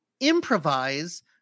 Improvise